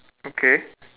okay